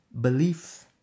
Belief